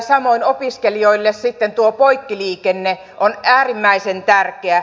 samoin opiskelijoille tuo poikkiliikenne on äärimmäisen tärkeä